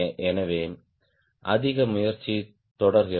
எனவே அதிக முயற்சி தொடர்கிறது